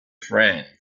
friend